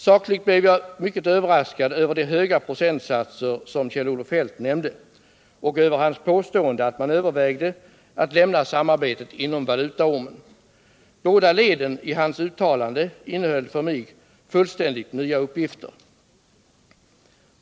Sakligt blev jag mycket överraskad över de höga procentsatser som Kjell Olof Feldt nämnde och över hans påstående att man övervägde att lämna samarbetet inom valutaormen. Båda leden i hans uttalande innehöll för mig fullständigt nya uppgifter!